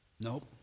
Nope